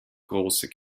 große